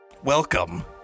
Welcome